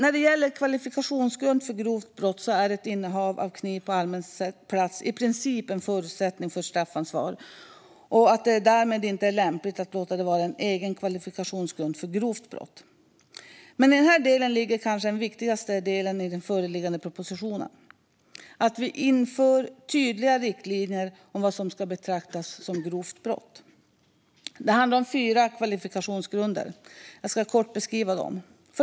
När det gäller kvalifikationsgrund för grovt brott är ett innehav av kniv på allmän plats i princip en förutsättning för straffansvar. Därmed är det inte lämpligt att låta det vara en egen kvalifikationsgrund för grovt brott. Men i denna del ligger kanske det viktigaste i den föreliggande propositionen, nämligen att vi inför tydliga riktlinjer när det gäller vad som ska betraktas som grovt brott. Det handlar om fyra kvalifikationsgrunder. Jag ska kort beskriva dem.